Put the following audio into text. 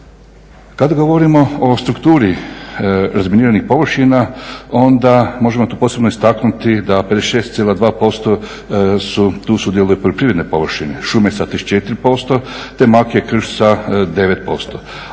Kada govorimo o strukturi razminiranih površina onda možemo tu posebno istaknuti da 56,2% sudjeluju poljoprivredne površine, šume sa 34%, te makija, krš sa 9%.